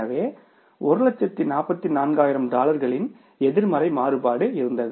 எனவே 144000 டாலர்களின் எதிர்மறை மாறுபாடு இருந்தது